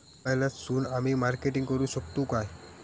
मोबाईलातसून आमी मार्केटिंग करूक शकतू काय?